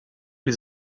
les